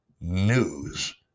News